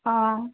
অঁ